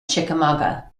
chickamauga